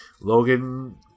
Logan